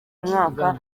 mwaka